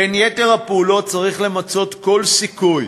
בין יתר הפעולות, צריך למצות כל סיכוי